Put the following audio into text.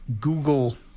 Google